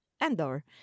Andor